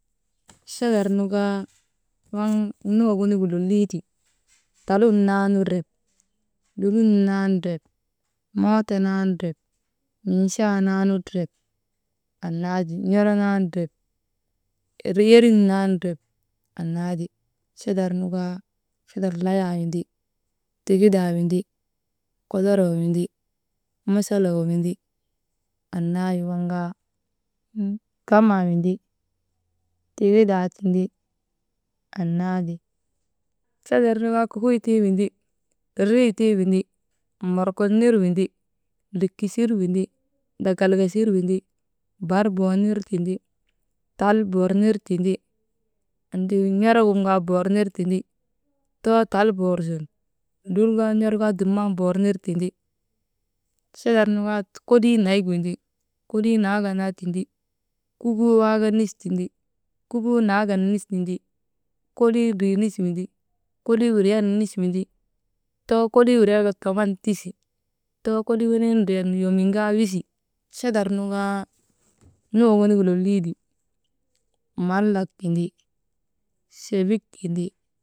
Chadar nu kaa waŋ nuwak wenigu lolii ti, talun naanu drep, lulun naanu drep, mooto naanu drep, michak naanu drep, anna ti n̰oro naanu drep, yerin naanu drep annaa ti chadar nu kaa chadar layaa windi tigidaa windi, kodoroo windi, mosoloo windi annaa wi waŋ kaa, kamaa windi tigidaa windi, annati. Chadar nu kaa kukoytuu windi, dridrituu windi, morkol nir windi, lilkisir windi ndakalkasir windi, bar bor nir indi, tal bor nir tindi, anti n̰orogin kaa bor nir tindi, too tal bor sun lul kaa n̰or kaa dumnan bor nir tindi, chadar nu kaa kolii nayik indi, kloii naakandaa tindi, kubuu waaka nis tindi, kobuu naakan nis tindi, kolii ndrii nis indi, kolii windriyan nis indi, too kolii windriyar ka toman tisi, too kolii wenin driyan yomin kaa wisi. Chadar nu kaa nuwak wenigu lolii wi mallak tindi sebik tindi.